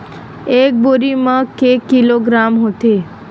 एक बोरी म के किलोग्राम होथे?